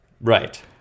Right